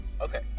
Okay